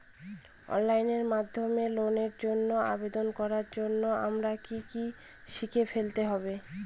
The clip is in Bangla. অনলাইন মাধ্যমে লোনের জন্য আবেদন করার জন্য আমায় কি কি শিখে ফেলতে হবে?